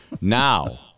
now